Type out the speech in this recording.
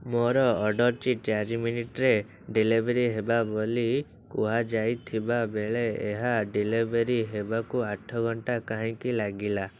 ମୋର ଅର୍ଡ଼ର୍ଟି ଚାରି ମିନିଟ୍ରେ ଡେଲିଭର୍ ହେବା ବୋଲି କୁହାଯାଇଥିବା ବେଳେ ଏହା ଡେଲିଭର୍ ହେବାକୁ ଆଠ ଘଣ୍ଟା କାହିଁକି ଲାଗିଲା